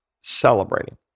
celebrating